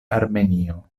armenio